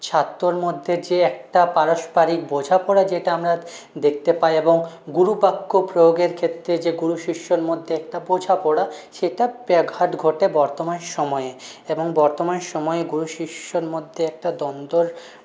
ছাত্রর মধ্যে যে একটা পারস্পারিক বোঝাপড়া যেটা আমরা দেখতে পাই এবং গুরুবাক্য প্রয়োগের ক্ষেত্রে যে গুরু শিষ্যর মধ্যে একটা বোঝাপড়া সেটা ব্যাঘাত ঘটে বর্তমান সময়ে এবং বর্তমান সময়ে গুরু শিষ্যর মধ্যে একটা দ্বন্দ্বর